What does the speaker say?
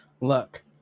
look